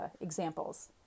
examples